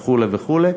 וכו' וכו'.